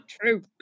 True